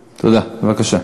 ברשותך,